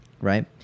right